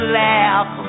laugh